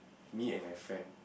me and my friend